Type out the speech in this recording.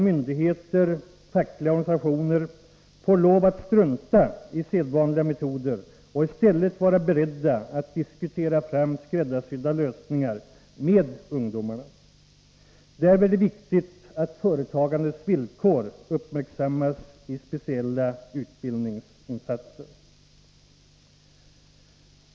Myndigheter och fackliga organisationer får lov att strunta i sedvanliga metoder och i stället vara beredda att med ungdomarna diskutera fram skräddarsydda lösningar. Därvid är det viktigt att företagandets villkor uppmärksammas i speciella utbildningsinsatser.